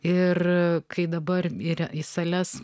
ir kai dabar yra į sales